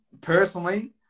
personally